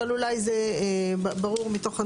אבל אולי זה ברור מתוך הנוסח,